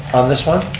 on this one.